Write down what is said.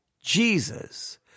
Jesus